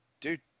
Dude